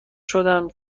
شدم